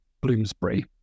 Bloomsbury